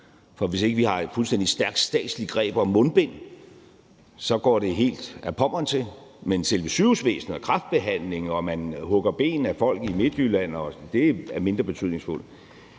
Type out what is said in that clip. for hvis vi ikke har et fuldstændig stærkt statsligt greb om mundbind, går det helt ad Pommern til. Men selve sygehusvæsenet og kræftbehandlingen, og om man hugger benene af folk i Midtjylland, er mindre betydningsfuldt.